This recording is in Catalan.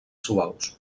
suaus